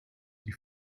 die